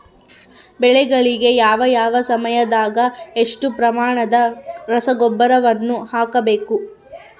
ಬೆಳೆಗಳಿಗೆ ಯಾವ ಯಾವ ಸಮಯದಾಗ ಎಷ್ಟು ಪ್ರಮಾಣದ ರಸಗೊಬ್ಬರವನ್ನು ಹಾಕಬೇಕು?